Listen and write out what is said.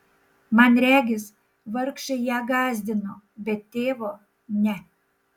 man regis vargšai ją gąsdino bet tėvo ne